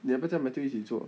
你要不要叫 matthew 一起做